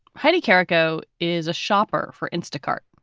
heidi caraco is a shopper for instacart.